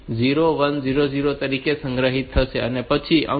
તેથી આ 0 1 0 0 તરીકે સંગ્રહિત થશે અને પછીનો અંક 2 છે